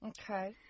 Okay